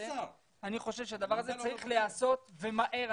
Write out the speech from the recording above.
אני חושב שהדבר הזה צריך להיעשות ומהר.